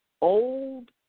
old